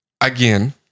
Again